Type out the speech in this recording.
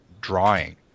drawing